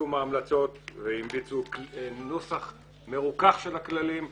ליישום ההמלצות והמליצו על נוסח מרוכך של הכללים.